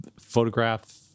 photograph